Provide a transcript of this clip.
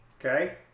okay